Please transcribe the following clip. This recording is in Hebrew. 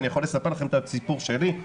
אני יכול לספר את הסיפור שלי,